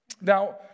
Now